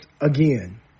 again